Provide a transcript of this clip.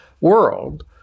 world